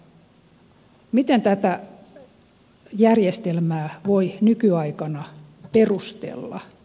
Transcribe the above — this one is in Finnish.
miten tätä järjestelmää voi nykyaikana perustella